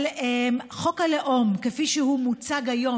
אבל חוק הלאום כפי שהוא מוצג היום